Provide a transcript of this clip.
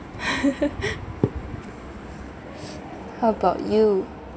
how about you